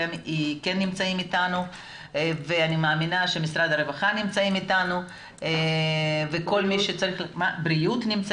ואני מאמינה שמשרד הרווחה נמצאים אתנו ונמצא נציג משרד הבריאות.